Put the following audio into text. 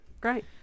Great